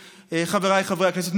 חבריי חברי הכנסת,